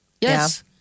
Yes